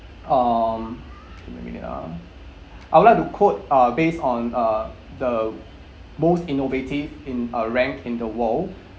um give me a minute ah I would like to quote uh based on uh the most innovative in a rank in the world